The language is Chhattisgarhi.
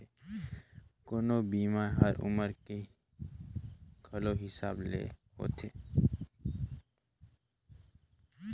कोनो बीमा हर उमर के घलो हिसाब ले होथे